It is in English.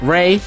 Ray